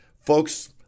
Folks